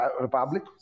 Republic